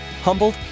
Humbled